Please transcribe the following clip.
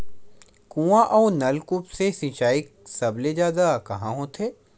कुआं अउ नलकूप से सिंचाई सबले जादा कहां होथे?